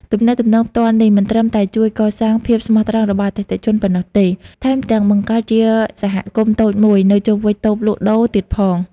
ទំនាក់ទំនងផ្ទាល់នេះមិនត្រឹមតែជួយកសាងភាពស្មោះត្រង់របស់អតិថិជនប៉ុណ្ណោះទេ ថែមទាំងបង្កើតជាសហគមន៍តូចមួយនៅជុំវិញតូបលក់ដូរទៀតផង។